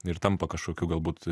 ir tampa kažkokiu galbūt